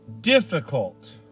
difficult